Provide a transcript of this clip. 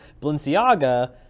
balenciaga